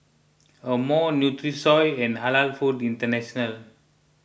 Amore Nutrisoy and Halal Foods International